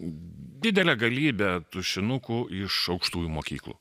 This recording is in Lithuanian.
didelę galybę tušinukų iš aukštųjų mokyklų